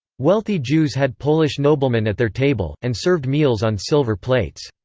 wealthy jews had polish noblemen at their table, and served meals on silver plates.